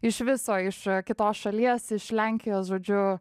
iš viso iš kitos šalies iš lenkijos žodžiu